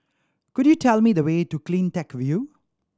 could you tell me the way to Cleantech View